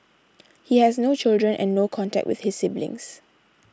he has no children and no contact with his siblings